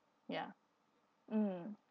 ya mm